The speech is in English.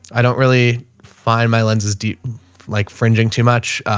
i don't really find my lenses like fringing too much. ah,